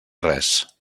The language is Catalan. res